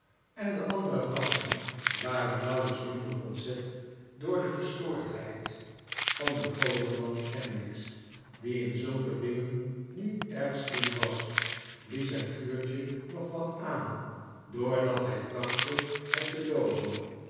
en de andere gasten waren nauwelijks minder ontzet door de verstoordheid van den grooten man kenwigs die in zulke dingen niet erg slim was blies het vuurtje nog wat aan doordat hij trachtte het te dooven